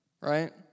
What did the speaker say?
right